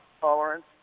tolerance